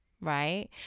right